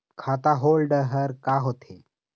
खाता होल्ड हर का होथे?